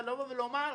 ולומר: